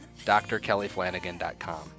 drkellyflanagan.com